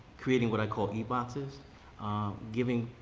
creating what i call eboxes giving